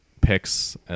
picks